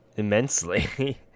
Immensely